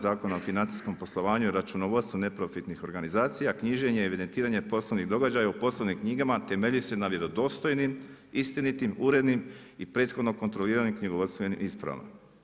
Zakona o financijskom poslovanju i računovodstvu neprofitnih organizacija knjiženje i evidentiranje poslovnih događaja u poslovnim knjigama temelji se na vjerodostojnim, istinitim, urednim i prethodno kontroliranim knjigovodstvenim ispravama.